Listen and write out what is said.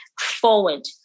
forward